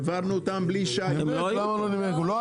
העברנו אותם בלי --- הוא לא היה,